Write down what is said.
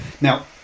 now